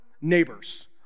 neighbors